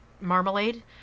marmalade